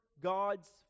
God's